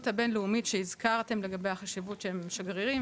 הבינלאומית שהזכרתם לגבי החשיבות שהם שגרירים,